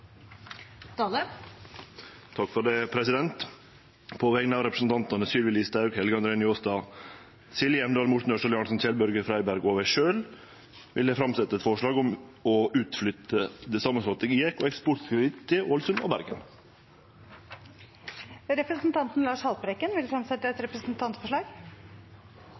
Dale vil fremsette et representantforslag. På vegner av representantane Sylvi Listhaug, Helge André Njåstad, Silje Hjemdal, Morten Ørsal Johansen, Kjell-Børge Freiberg og meg sjølv vil eg setje fram eit forslag om utflytting av det samanslåtte GIEK og Eksportkreditt til Ålesund og Bergen. Representanten Lars Haltbrekken vil fremsette et representantforslag.